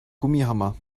gummihammer